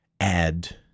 add